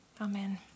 amen